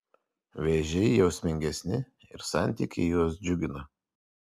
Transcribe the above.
vėžiai jausmingesni ir santykiai juos džiugina